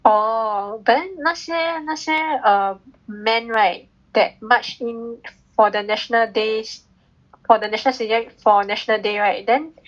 oh but then 那些那些 err men right that march in for the national days for the national stadium for national day right then